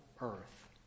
earth